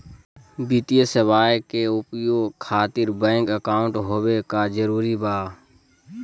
वित्तीय सेवाएं के उपयोग खातिर बैंक अकाउंट होबे का जरूरी बा?